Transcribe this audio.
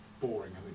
boring